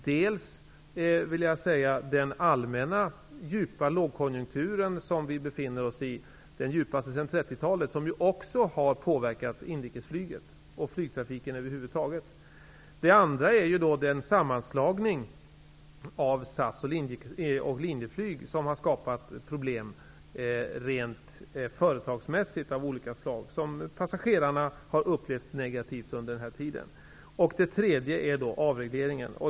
Det har varit den allmänna djupa lågkonjunktur som vi befinner oss i, den djupaste sedan 1930-talet. Den har också påverkat inrikesflyget och flygtrafiken över huvud taget. Det andra problemet är sammanslagningen av SAS och Linjeflyg. Det har skapat problem av olika slag rent företagsmässigt. Passagerarna har upplevt detta negativt under den här tiden. Det tredje problemet är avregleringen.